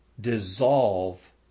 dissolve